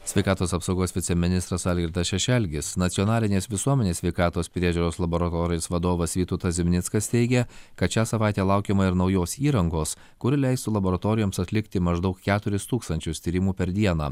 sveikatos apsaugos viceministras algirdas šešelgis nacionalinės visuomenės sveikatos priežiūros laboratorijos vadovas vytautas zimnickas teigė kad šią savaitę laukiama ir naujos įrangos kuri leistų laboratorijoms atlikti maždaug keturis tūkstančius tyrimų per dieną